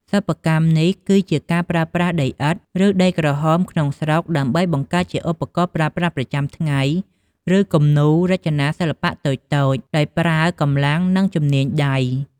សិប្បកម្មនេះគឺជាការប្រើប្រាស់ដីឥដ្ឋ ឬដីក្រហមក្នុងស្រុក ដើម្បីបង្កើតជាឧបករណ៍ប្រើប្រាស់ប្រចាំថ្ងៃ ឬគំនូររចនាសិល្បៈតូចៗ ដោយប្រើកម្លាំងនិងជំនាញដៃ។